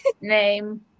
name